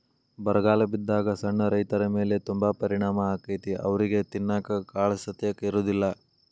ಬರಗಾಲ ಬಿದ್ದಾಗ ಸಣ್ಣ ರೈತರಮೇಲೆ ತುಂಬಾ ಪರಿಣಾಮ ಅಕೈತಿ ಅವ್ರಿಗೆ ತಿನ್ನಾಕ ಕಾಳಸತೆಕ ಇರುದಿಲ್ಲಾ